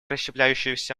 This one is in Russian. расщепляющегося